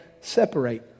separate